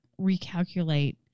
recalculate